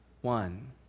one